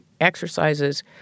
exercises